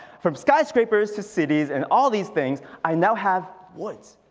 from skyscrapers to cities and all these things, i now have woods.